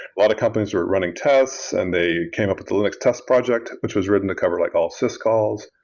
a lot of companies are running tests and they came up with the linux test project, which was written a cover like all sys calls,